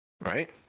right